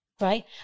right